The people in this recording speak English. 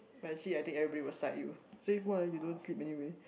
but actually I think everybody will side you say !wah! you don't sleep anyway